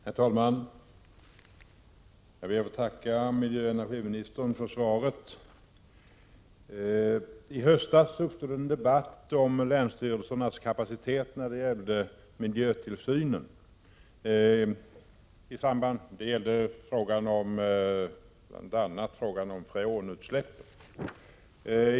Herr talman! Jag ber att få tacka miljöoch energiministern för svaret. I höstas uppstod en debatt om länsstyrelsernas kapacitet när det gäller miljötillsynen. Frågan gällde bl.a. freonutsläpp.